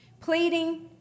Pleading